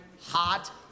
hot